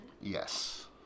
Yes